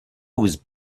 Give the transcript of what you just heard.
was